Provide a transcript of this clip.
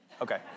Okay